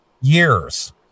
Years